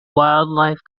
wildlife